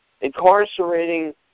incarcerating